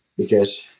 because,